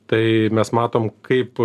tai mes matom kaip